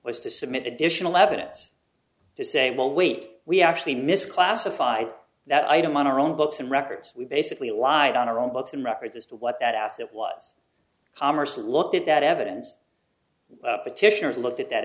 was to submit additional evidence to say well wait we actually misclassified that item on our own books and records we basically lied on our own books and records as to what that asset was commerce looked at that evidence petitioners looked at that